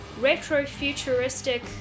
retro-futuristic